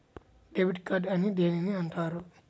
Debit card అని దేనిని అంటారు?